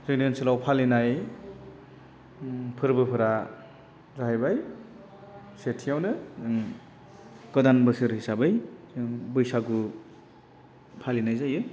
जोंनि ओनसोलाव फालिनाय फोरबोफोरा जाहैबाय सेथियावनो गोदान बोसोर हिसाबै जों बैसागु फालिनाय जायो